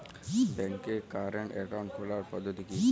ব্যাংকে current account খোলার পদ্ধতি কি?